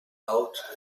out